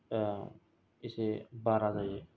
एसे बारा जायो